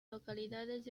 localidades